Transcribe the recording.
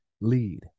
lead